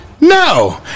No